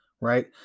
right